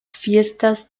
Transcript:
fiestas